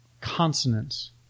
consonants